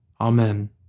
Amen